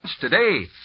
today